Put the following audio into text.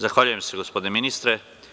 Zahvaljujem se, gospodine ministre.